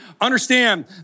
understand